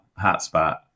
hotspot